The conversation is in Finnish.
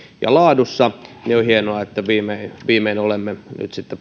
ja laadussa on hienoa että viimein olemme nyt sitten